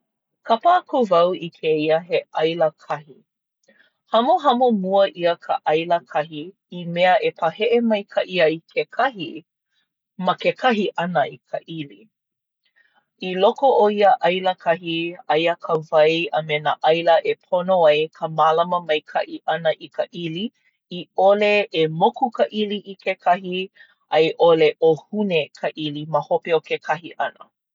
Kapa aku wau i kēia he ʻaila kahi. Hamohamo mua ʻia ka ʻaila kahi i mea e paheʻe maikaʻi ai ke kahi ma ke kahi ʻana i ka ʻili. I loko o ia ʻaila kahi aia ka wai a me nā ʻaila e pono ai ka mālama maikaʻi ʻana i ka ʻili, i ʻole e moku ka ʻili i ke kahi a i ʻole ʻōhune ka ʻili ma hope o ke kahi ʻana.